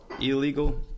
illegal